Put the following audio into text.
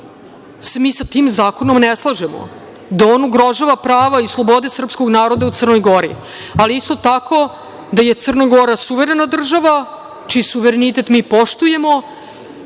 mi sa tim zakonom ne slažemo, da on ugrožava prava i slobode srpskog naroda u Crnoj Gori, ali isto tako da je Crna Gora suverena država, čiji suverenitet mi poštujemo